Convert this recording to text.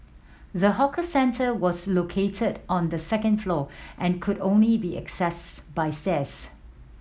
the hawker centre was located on the second floor and could only be accessed by stairs